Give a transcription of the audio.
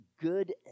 good